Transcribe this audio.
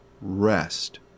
rest